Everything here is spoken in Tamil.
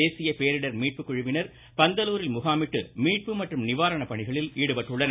தேசிய பேரிடர் மீட்பு குழுவினர் பந்தலூரில் முகாமிட்டு மீட்பு மற்றும் நிவாரண பணிகளில் ஈடுபட்டுள்ளனர்